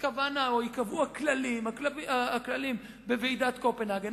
ייקבעו הכללים בוועידת קופנהגן,